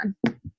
one